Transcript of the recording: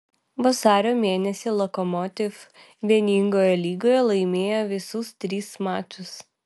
vasario mėnesį lokomotiv vieningoje lygoje laimėjo visus tris mačus